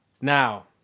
now